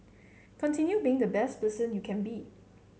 continue being the best person you can be